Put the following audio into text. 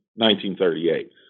1938